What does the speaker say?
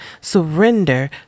Surrender